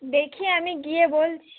দেখি আমি গিয়ে বলছি